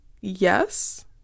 yes